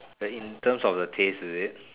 the in terms of the taste is it